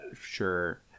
Sure